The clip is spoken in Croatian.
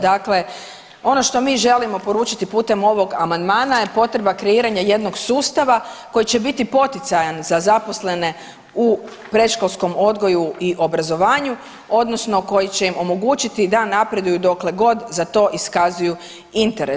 Dakle, ono što mi želimo poručiti putem ovog amandmana je potreba kreiranja jednog sustava koji će biti poticajan za zaposlene u predškolskom odgoju i obrazovanju, odnosno koji će im omogućiti da napreduju dokle god za to iskazuju interes.